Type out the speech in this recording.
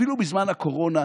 אפילו בזמן הקורונה,